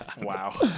Wow